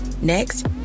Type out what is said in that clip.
Next